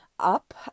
up